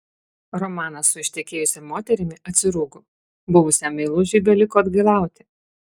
romanas su ištekėjusia moterimi atsirūgo buvusiam meilužiui beliko atgailauti